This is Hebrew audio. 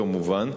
כמובן.